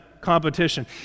competition